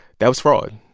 that was fraud,